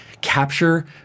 capture